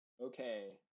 Okay